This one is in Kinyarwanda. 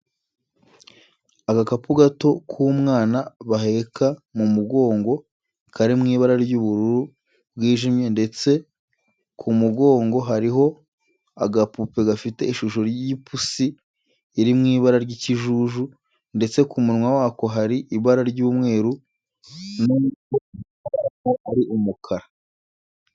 Agakapu gato k'umwana baheka mu mugongo kari mu ibara ry'ubururu bwijimye ndetse ku mugongo hariho agapupe gafite ishusho y'ipusi iri mu ibara ry'ikijuju ndetse ku munwa wako hari ibara ry'umweru nubwo umunwa wako ari umukara.